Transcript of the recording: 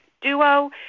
duo